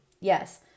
Yes